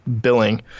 billing